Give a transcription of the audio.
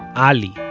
ali,